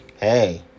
Hey